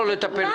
זה מטופל.